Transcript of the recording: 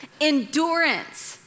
endurance